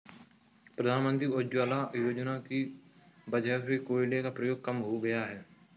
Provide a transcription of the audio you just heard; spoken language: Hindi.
प्रधानमंत्री उज्ज्वला योजना की वजह से कोयले का प्रयोग कम हो गया है